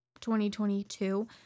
2022